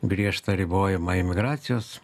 griežtą ribojimą imigracijos